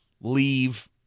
leave